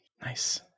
Nice